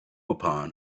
upon